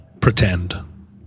pretend